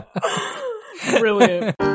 brilliant